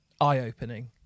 eye-opening